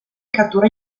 cattura